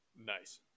Nice